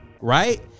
right